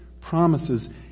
promises